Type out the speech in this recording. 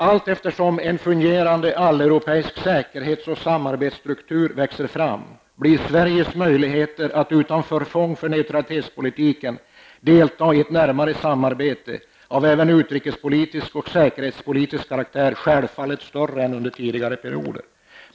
''Allteftersom en fungerande, alleuropeisk säkerhets och samarbetsstruktur växer fram blir Sveriges möjligheter att utan förfång för neutralitetspolitiken delta i ett närmare samarbete av även utrikespolitisk och säkerhetspolitisk karaktär självfallet större än under tidigare perioder.